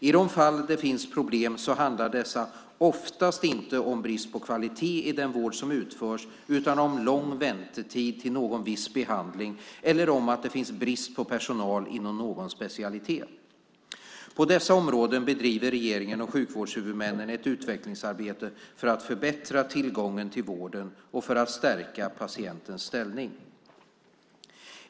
I de fall det finns problem så handlar dessa oftast inte om brist på kvalitet i den vård som utförs utan om lång väntetid till någon viss behandling eller om att det finns brist på personal inom någon specialitet. På dessa områden bedriver regeringen och sjukvårdshuvudmännen ett utvecklingsarbete för att förbättra tillgången till vården och för att stärka patientens ställning.